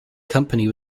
company